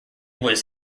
was